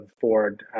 Ford